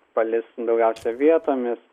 palis daugiausia vietomis